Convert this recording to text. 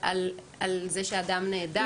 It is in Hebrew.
ליידע את האפוטרופוס על זה שאדם נעדר.